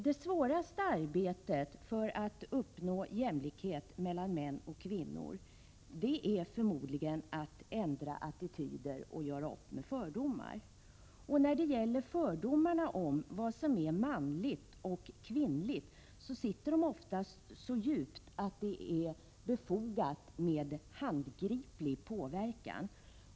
Det svåraste arbetet för att uppnå jämlikhet mellan män och kvinnor är förmodligen att ändra attityder och göra upp med fördomar. Fördomarna om vad som är manligt och kvinnligt sitter oftast så djupt att det är befogat med handgriplig påverkan.